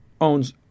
owns –